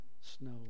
snow